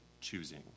choosing